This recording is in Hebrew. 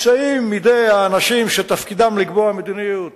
מוציאים מידי האנשים שתפקידם לקבוע מדיניות